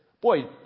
boy